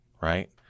right